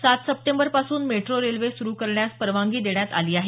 सात सप्टेंबर पासून metro railway सुरु करण्यास परवानगी देण्यात आली आहे